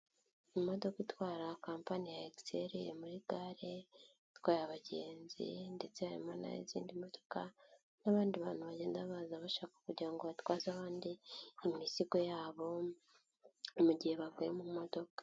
Imodoka itwara kapani ya egiseli iri muri gare itwaye abagenzi ndetse harimo n'izindi modoka n'abandi bantu bagenda baza bashaka kugirango batwaze abandi imizigo yabo mugihe bavuye mu modoka.